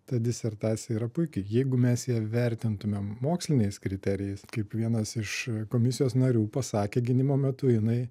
ta disertacija yra puiki jeigu mes ją vertintumėm moksliniais kriterijais kaip vienas iš komisijos narių pasakė gynimo metu jinai